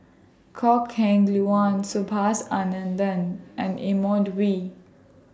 Kok Heng Leun Subhas Anandan and Edmund Wee